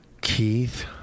Keith